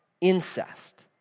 incest